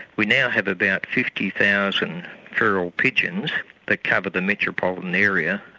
we now have about fifty thousand feral pigeons that cover the metropolitan area